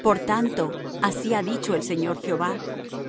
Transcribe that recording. por tanto así ha dicho el señor jehová